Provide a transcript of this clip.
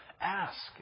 Ask